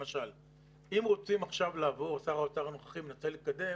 למשל, שר האוצר הנוכחי מנסה לקדם